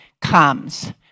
comes